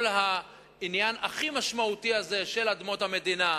כל העניין הכי משמעותי הזה של אדמות המדינה,